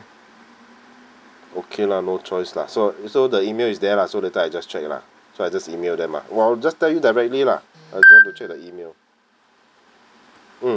okay lah no choice lah so so the E-mail is there lah so later I just check lah so I just E-mail them ah while just tell you directly lah I go to check the email mm